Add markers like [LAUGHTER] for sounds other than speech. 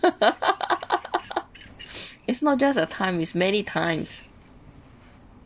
[LAUGHS] it's not just a time is many times